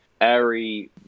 airy